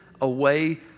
away